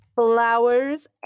flowers